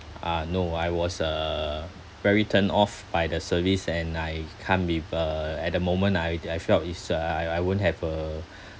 uh no I was uh very turned off by the service and I can't be uh at the moment I I felt it's uh I I won't have a